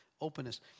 openness